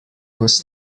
was